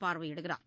பார்வையிடுகிறார்